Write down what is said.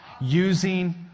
Using